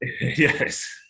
Yes